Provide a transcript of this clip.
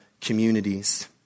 communities